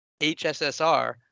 HSSR